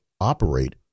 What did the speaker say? operate